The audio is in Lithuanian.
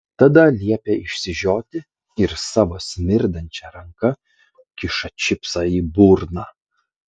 tada liepia išsižioti ir savo smirdančia ranka kiša čipsą į burną